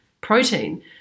protein